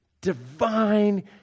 divine